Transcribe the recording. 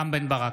בעד רם בן ברק,